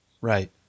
Right